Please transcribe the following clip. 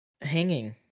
Hanging